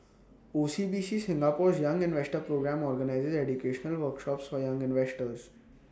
O C B C Singapore's young investor programme organizes educational workshops for young investors